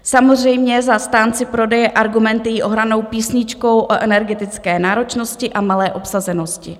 Samozřejmě zastánci prodeje argumentují ohranou písničkou o energetické náročnosti a malé obsazenosti.